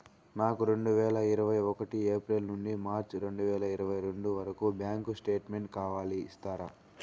నాకు రెండు వేల ఇరవై ఒకటి ఏప్రిల్ నుండి మార్చ్ రెండు వేల ఇరవై రెండు వరకు బ్యాంకు స్టేట్మెంట్ కావాలి ఇస్తారా